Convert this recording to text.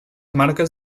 marques